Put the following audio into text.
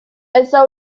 está